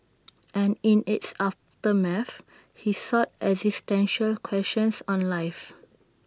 and in its aftermath he sought existential questions on life